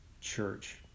church